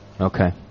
Okay